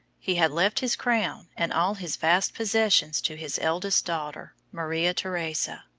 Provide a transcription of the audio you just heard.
he had left his crown and all his vast possessions to his eldest daughter, maria theresa.